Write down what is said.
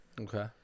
Okay